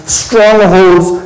strongholds